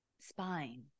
spine